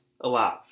alive